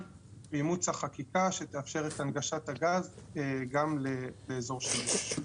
באימוץ החקיקה שתאפשר את הנגשת הגז גם לאזור של יו"ש.